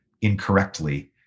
incorrectly